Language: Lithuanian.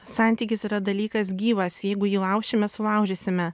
santykis yra dalykas gyvas jeigu jį laušime sulaužysime